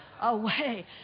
away